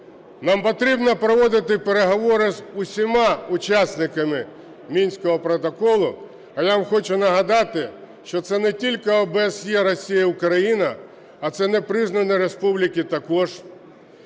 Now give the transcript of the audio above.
Нам потрібно проводити переговори з усіма учасниками Мінського протоколу. А я вам хочу нагадати, що це не тільки ОБСЄ, Росія, Україна, а це невизнані республіки також.